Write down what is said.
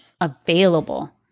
available